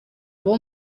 abo